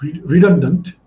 redundant